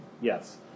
yes